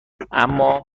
اما